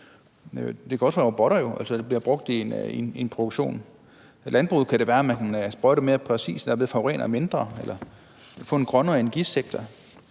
Det kunne jo også være robotter, der bliver brugt i en produktion. I landbruget kunne det være, at man kunne sprøjte mere præcist og dermed forurene mindre, eller man kunne få en grønnere energisektor.